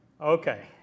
Okay